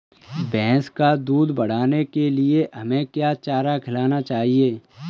भैंस का दूध बढ़ाने के लिए हमें क्या चारा खिलाना चाहिए?